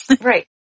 Right